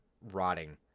rotting